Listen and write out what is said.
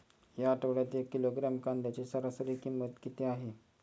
या आठवड्यात एक किलोग्रॅम कांद्याची सरासरी किंमत किती आहे?